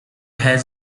has